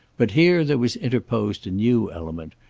but here there was interposed a new element,